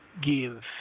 give